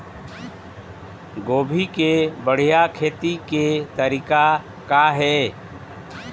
गोभी के बढ़िया खेती के तरीका का हे?